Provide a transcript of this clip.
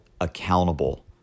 accountable